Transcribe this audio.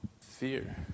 Fear